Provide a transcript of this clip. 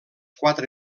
quatre